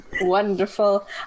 Wonderful